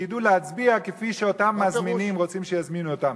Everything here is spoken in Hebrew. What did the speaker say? שידעו להצביע כפי שאותם מזמינים רוצים שיצביעו.